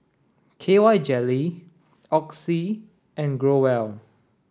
K Y jelly Oxy and Growell